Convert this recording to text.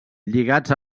lligats